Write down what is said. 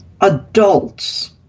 adults